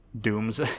dooms